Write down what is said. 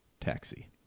Taxi